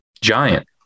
giant